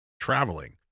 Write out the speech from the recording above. traveling